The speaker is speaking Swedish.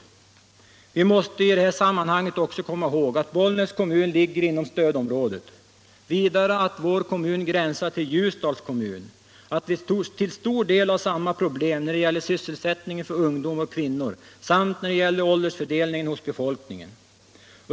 Vi måste i det sammanhanget också komma ihåg att Bollnäs kommun ligger inom stödområdet, vidare att vår kommun gränsar till Ljusdals kommun, att vi till stor del har samma problem när det gäller sysselsättning för ungdom och kvinnor samt när det gäller åldersfördelningen hos befolkningen.